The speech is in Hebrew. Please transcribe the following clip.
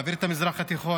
להבעיר את המזרח התיכון,